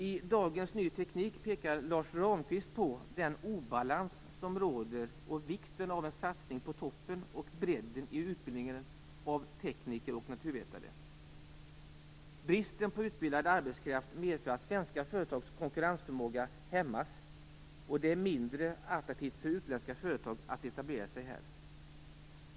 I dagens Ny teknik pekar Lars Ramqvist på den obalans som råder och vikten av en satsning på toppen och bredden i utbildningen av tekniker och naturvetare. Bristen på utbildad arbetskraft medför att svenska företags konkurrensförmåga hämmas, och det är mindre attraktivt för utländska företag att etablera sig här.